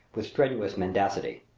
with strenuous mendacity.